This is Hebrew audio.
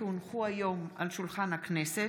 כי הונחו היום על שולחן הכנסת,